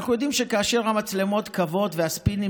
אנחנו יודעים שכאשר המצלמות כבות והספינים